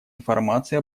информации